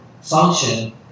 function